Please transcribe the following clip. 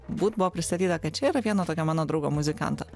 būt buvo pristatyta kad čia yra vieno tokio mano draugo muzikanto